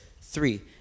three